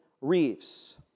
reefs